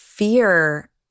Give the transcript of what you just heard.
Fear